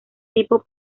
tipos